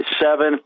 seven-